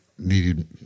Needed